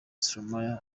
stromae